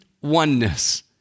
oneness